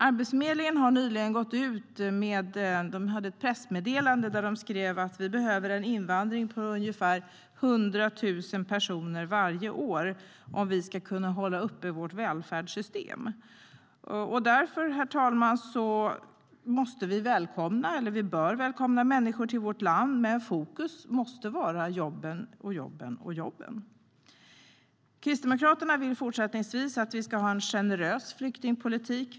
Arbetsförmedlingen har nyligen gått ut med ett pressmeddelande om att det behövs en invandring på ungefär 100 000 personer varje år, om man ska kunna hålla uppe vårt välfärdssystem. Därför, herr talman, bör vi välkomna människor till vårt land, men fokus måste vara jobben. Kristdemokraterna vill fortsättningsvis att vi ska ha en generös flyktingpolitik.